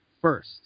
first